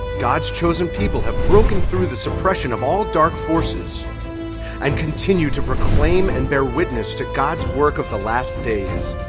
god's chosen people have broken through the suppression of all dark forces and continue to proclaim and bear witness to god's work of the last days.